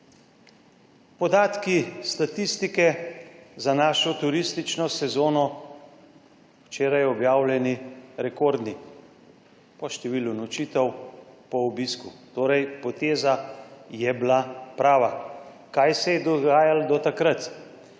Podatki statistike za našo turistično sezono, včeraj objavljeni, rekordni po številu nočitev, po obisku. Torej, poteza je bila prava. Kaj se je dogajalo do takrat?